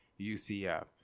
UCF